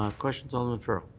um questions? alderman farrell.